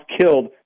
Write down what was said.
killed